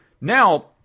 now